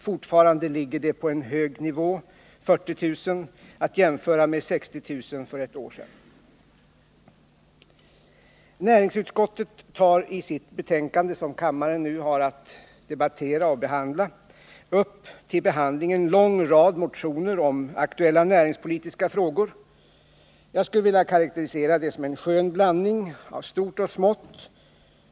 Fortfarande ligger de på en hög nivå, 40 000, att jämföra med 60 000 för ett år sedan. Näringsutskottet tar i sitt betänkande, som kammaren nu har att debattera och behandla, upp till behandling en lång rad motioner om aktuella näringspolitiska frågor. Jag skulle vilja karakterisera det som en skön blandning av stort och smått.